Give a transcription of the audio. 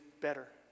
better